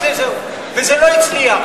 וזה לא הצליח.